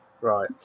Right